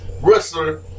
wrestler